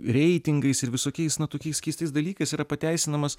reitingais ir visokiais na tokiais keistais dalykais yra pateisinamas